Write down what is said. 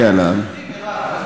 תשכחי, מירב.